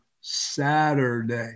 Saturday